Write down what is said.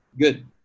Good